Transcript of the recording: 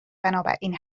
بنابراین